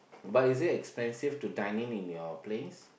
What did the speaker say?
but is it expensive to dining in your place